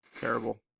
Terrible